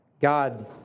God